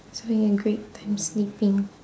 it's having a great time sleeping